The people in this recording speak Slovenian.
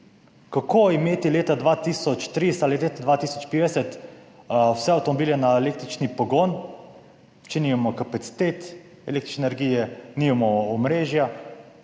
Kako imeti leta 2030 ali leta 2050 vse avtomobile na električni pogon, če nimamo kapacitet električne energije, nimamo omrežja?